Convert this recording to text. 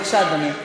בבקשה, אדוני.